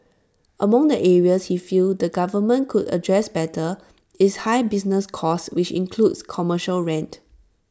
among the areas he feel the government could address better is high business costs which include commercial rent